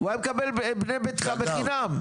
הוא היה מקבל בני ביתך בחינם.